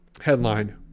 Headline